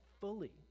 fully